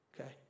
Okay